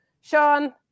Sean